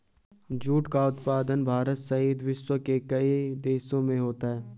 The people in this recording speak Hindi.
जूट का उत्पादन भारत सहित विश्व के कई देशों में होता है